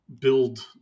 build